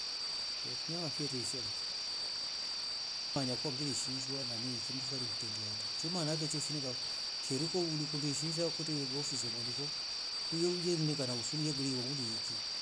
Ye fnawa fyote shiezi vasa anakwa vili shezwa nani kimswari kutendea ate chuma laveshe che shininga kiriko uoli kundi shuza kute wo shizi mwanifo uyuuye ili karamsure vilio ulieki